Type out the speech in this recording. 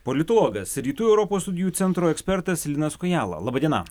politologas rytų europos studijų centro ekspertas linas kojala laba diena